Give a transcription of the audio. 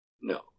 No